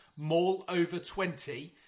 MALLOVER20